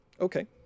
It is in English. Okay